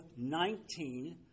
19